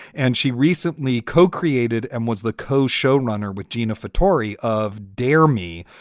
and she recently co created and was the co showrunner with gina fitri of dare me,